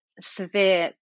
severe